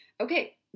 Okay